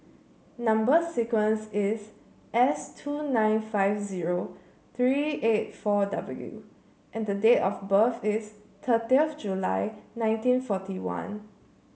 number sequence is S two nine five zero three eight four W and the date of birth is thirty of July nineteen forty one